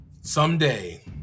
someday